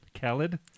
Khaled